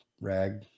rag